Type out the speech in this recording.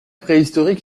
préhistorique